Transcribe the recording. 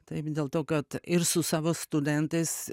taip dėl to kad ir su savo studentais